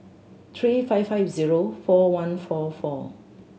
three five five zero four one four four